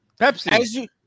Pepsi